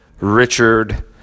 Richard